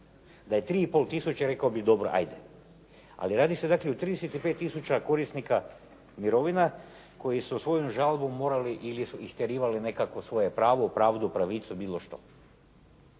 Da je 3 i pol tisuće rekao dobro ajde, ali radi se dakle o 35 tisuća korisnika mirovina koji su svojom žalbom morali ili su istjerivali nekakvo svoje pravo, pravdu, pravicu, bilo što.